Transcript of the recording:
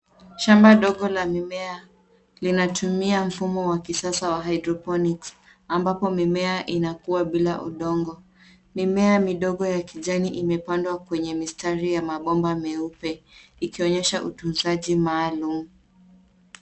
Shamba dogo la mimiea linatumia mfumo wa kisasa wa hydrophonics ambapo mime inakuwa bila udongo. Mimea midogo ya kijani imepandwa kwenye mistari ya mabomba meupe ikionyesha utunzaji maalum.